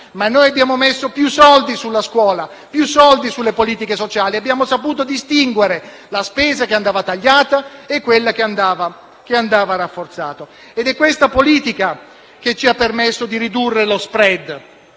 ma noi abbiamo stanziato più soldi sulla scuola, sulle politiche sociali e abbiamo saputo distinguere la spesa che andava tagliata da quella che andava rafforzata. È questa politica che ci ha permesso di ridurre lo *spread,*